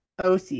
oc